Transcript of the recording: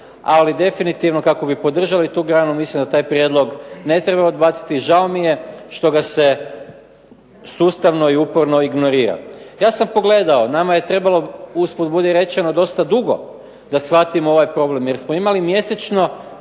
ali definitivno kako bi podržali tu granu mislim da taj prijedlog ne treba odbaciti. I žao mi je što ga se sustavno i uporno ignorira. Ja sam pogledao, nama je trebalo usput budi rečeno dosta dugo da shvatimo ovaj problem, jer smo imali mjesečno